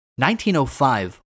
1905